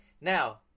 Now